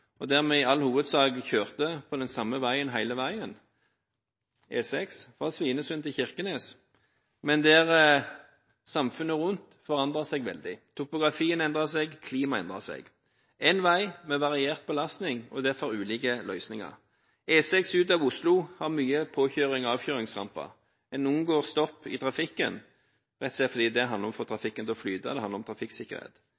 og dermed i all hovedsak kjørte på den samme veien hele tiden, E6 fra Svinesund til Kirkenes, men der samfunnet rundt forandret seg veldig. Topografien endret seg, og klimaet endret seg – én vei med variert belastning og derfor ulike løsninger. E6 ut av Oslo har mange påkjørings- og avkjøringsramper. En unngår stopp i trafikken. Det handler rett og slett om å få trafikken til å flyte, og det handler om